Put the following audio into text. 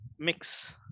mix